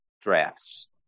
drafts